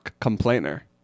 complainer